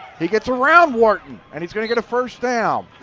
he gets around wharton and he is going to get a first down.